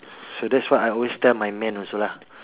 so that's what I always tell my men also lah